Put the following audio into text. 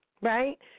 right